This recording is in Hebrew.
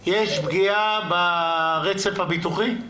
יש פגיעה ברצף הביטוחי?